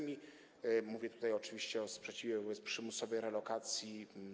Mówię tutaj oczywiście o sprzeciwie wobec przymusowej relokacji.